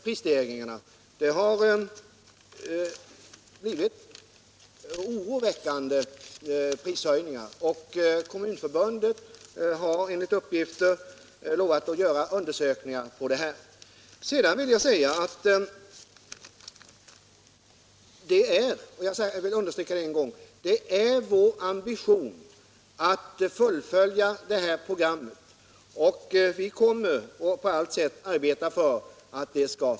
Prisstegringarna har blivit oroväckande höga, och Kommunförbundet har enligt uppgifter lovat att undersöka orsakerna. Jag vill än en gång understryka att vår ambition är att fullfölja programmet, och vi kommer på allt sätt att arbeta för det.